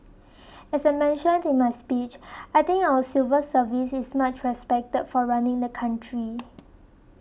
as I mentioned in my speech I think our civil service is much respected for running the country